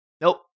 Nope